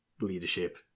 leadership